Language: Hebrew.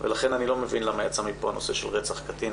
ולכן אני לא מבין למה יצא מפה הנושא של רצח קטין.